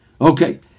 okay